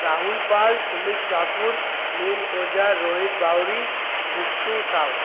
Rahul Pal Sumit Thakur Neel Ojha Rohit Bauri Bittu Sau